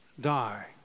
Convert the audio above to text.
die